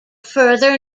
further